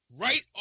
right